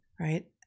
Right